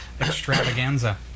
Extravaganza